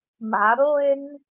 Madeline